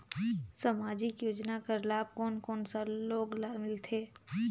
समाजिक योजना कर लाभ कोन कोन सा लोग ला मिलथे?